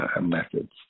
methods